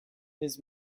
his